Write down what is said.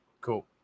Cool